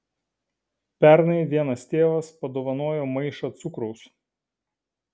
pernai vienas tėvas padovanojo maišą cukraus